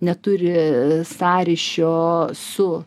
neturi sąryšio su